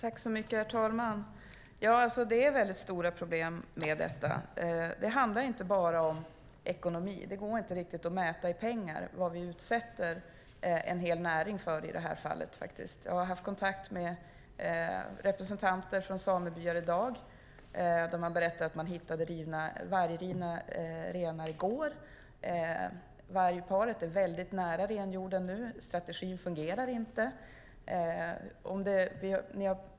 Herr talman! Det är väldigt stora problem med detta. Det handlar inte bara om ekonomi. Det går inte riktigt att mäta i pengar vad vi utsätter en hel näring för i detta fall. Jag har i dag haft kontakt med representanter för samebyar som berättade att de hittade vargrivna renar i går. Vargparet är väldigt nära renhjorden nu. Strategin fungerar inte.